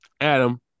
Adam